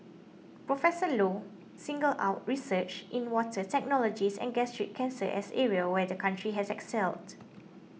Professor Low singled out research in water technologies and gastric cancer as areas where the country had excelled